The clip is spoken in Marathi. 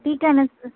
ठीक आहे ना स्